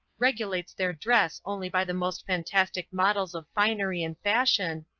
regulates their dress only by the most fantastic models of finery and fashion,